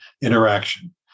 interaction